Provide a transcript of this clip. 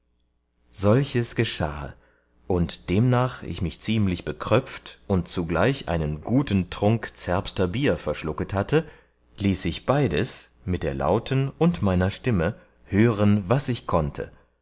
solches geschahe und demnach ich mich ziemlich bekröpft und zugleich einen guten trunk zerbster bier verschlucket hatte ließ ich beides mit der lauten und meiner stimme hören was ich konnte